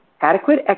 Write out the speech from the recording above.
adequate